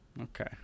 Okay